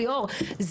ליאור,